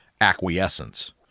acquiescence